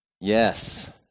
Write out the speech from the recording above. Yes